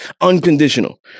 Unconditional